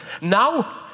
Now